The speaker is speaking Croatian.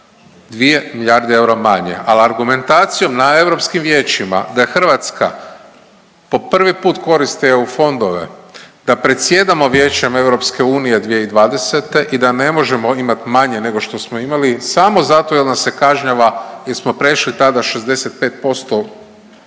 2 milijarde eura manje, ali argumentacijom na europskim vijećima da je Hrvatska po prvi put koristi EU fondove, da predsjedamo Vijećem EU 2020. i da ne možemo imati manje nego što smo imali samo zato jer nas se kažnjava jer smo prešli tada 65%